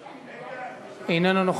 לא.